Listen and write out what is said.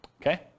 Okay